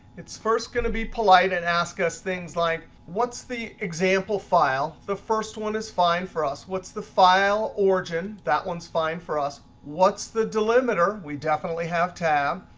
it's first going to be polite and ask us things like, what's the example file? the first one is fine for us. what's the file origin? that one's fine for us. what's the delimiter? we definitely have tab.